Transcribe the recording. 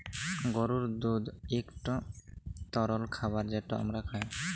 গরুর দুহুদ ইকট তরল খাবার যেট আমরা খাই